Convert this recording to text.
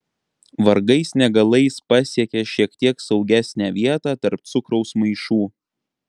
vargais negalais pasiekia šiek tiek saugesnę vietą tarp cukraus maišų